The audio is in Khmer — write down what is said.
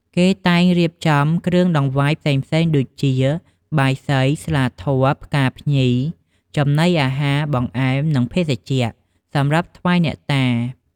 គេតែងរៀបចំគ្រឿងដង្វាយផ្សេងៗដូចជា បាយសី ស្លាធម៌ ផ្កាភ្ញី ចំណីអាហារ បង្អែម និងភេសជ្ជៈ សម្រាប់ថ្វាយអ្នកតា។